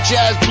Jazz